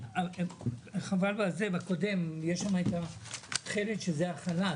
בשקף הקודם יש את התכלת שזה החל"ת.